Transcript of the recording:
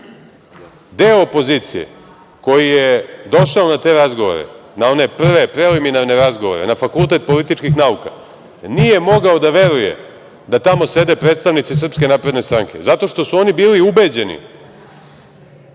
Deo opozicije, koji je došao na te razgovore, na one prve preliminarne razgovore na Fakultetu političkih nauka, nije mogao da veruje da tamo sede predstavnici SNS zato što su oni bili ubeđeni